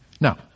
Now